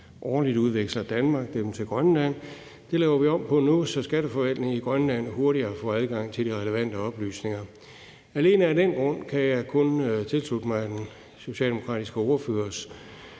Årligt udveksler Danmark dem med Grønland. Det laver vi om på nu, så skatteforvaltningen i Grønland hurtigere kan få adgang til relevante oplysninger. Alene af den grund kan jeg kun tilslutte mig den socialdemokratiske ordfører